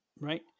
Right